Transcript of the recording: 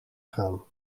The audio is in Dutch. gaan